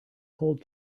cold